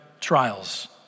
trials